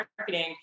marketing